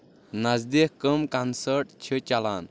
نزدیٖک کم کنسٲٹ چِھ چٕلان ؟